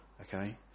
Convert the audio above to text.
Okay